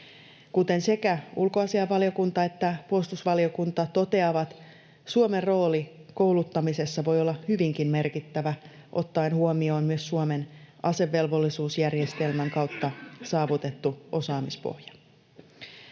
Kuten sekä ulkoasiainvaliokunta että puolustusvaliokunta toteavat, Suomen rooli kouluttamisessa voi olla hyvinkin merkittävä ottaen huomioon myös Suomen asevelvollisuusjärjestelmän kautta saavutettu osaamispohja.